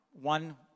One